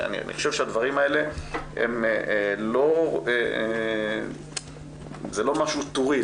אני חושב שהדברים האלה הם לא משהו טורי,